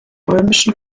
römischen